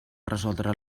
resoldre